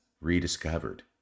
rediscovered